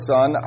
Son